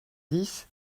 dix